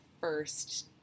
first